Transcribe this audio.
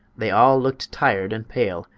they all looked tired and pale,